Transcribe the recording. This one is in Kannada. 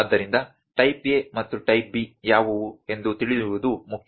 ಆದ್ದರಿಂದ ಟೈಪ್ A ಮತ್ತು ಟೈಪ್ B ಯಾವುವು ಎಂದು ತಿಳಿಯುವುದು ಮುಖ್ಯ